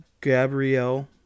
Gabrielle